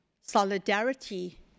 solidarity